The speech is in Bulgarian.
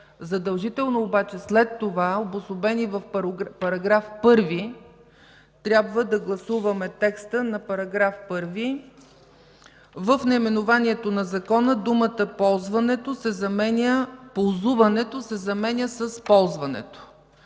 Задължително обаче след това обособени в § 1, трябва да гласуваме текста на § 1 – в наименованието на Закона думата „ползуването” се заменя с „ползването”.